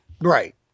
Right